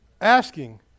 Asking